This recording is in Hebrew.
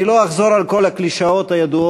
אני לא אחזור על כל הקלישאות הידועות.